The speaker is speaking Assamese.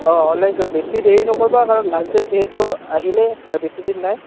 অঁ অনলাইন কৰা বেছি দেৰি নকৰিবা কাৰণ লাষ্ট ডেট যিহেতু আহিলে আৰু বেছি দিন নাই